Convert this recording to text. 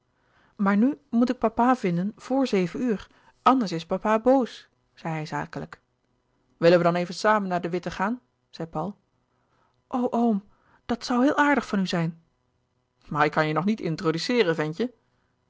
maar nu moet ik papa vinden vr zeven uur anders is papa boos zei hij zakelijk willen we dan even samen naar de witte gaan zei paul o oom dat zoû heel aardig van u zijn maar ik kan je nog niet introduceeren ventje